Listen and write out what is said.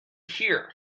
here